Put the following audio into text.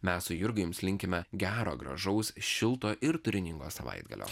mes su jurga jums linkime gero gražaus šilto ir turiningo savaitgalio